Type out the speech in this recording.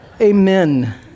amen